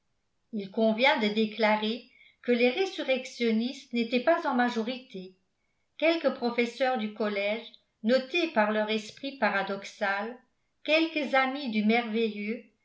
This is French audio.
il convient de déclarer que les résurrectionnistes n'étaient pas en majorité quelques professeurs du collège notés par leur esprit paradoxal quelques amis du merveilleux